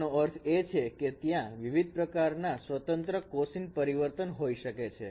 આનો અર્થ એ છે કે ત્યાં વિવિધ પ્રકારના સ્વતંત્ર કોસાઇન પરિવર્તન હોઈ શકે છે